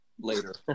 later